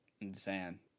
insane